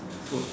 food